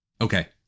Okay